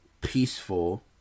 peaceful